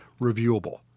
reviewable